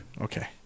Okay